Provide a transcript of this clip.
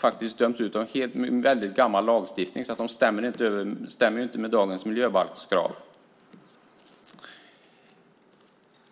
avkunnats enligt väldigt gammal lagstiftning, så de stämmer inte med dagens miljöbalkskrav.